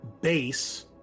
base